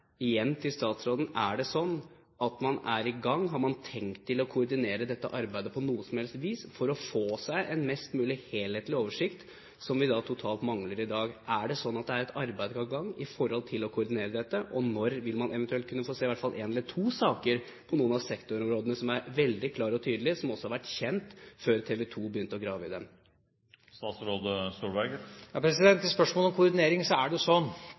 igjen: Er det sånn at man er i gang, har man tenkt å koordinere dette arbeidet på noe som helst vis for å få en mest mulig helhetlig oversikt, som vi totalt mangler i dag? Er det sånn at det er et arbeid på gang med å koordinere dette, og når vil man eventuelt kunne få se i hvert fall én eller to saker på noen av sektorområdene som er veldig klare og tydelige, og som også har vært kjent før TV 2 begynte å grave i dem? Til spørsmålet om koordinering: Det er sånn at enhver fagstatsråd opptrer i en regjering, så de fleste saker er